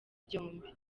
byombi